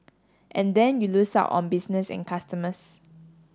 and then you lose out on business and customers